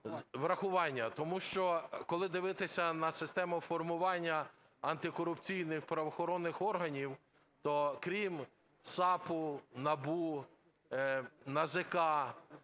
врахування, тому що коли дивитися на систему формування антикорупційних правоохоронних органів, то, крім САПу, НАБУ, НАЗК,